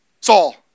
Saul